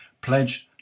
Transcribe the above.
pledged